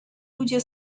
ludzie